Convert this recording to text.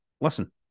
listen